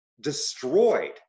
destroyed